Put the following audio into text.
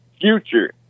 future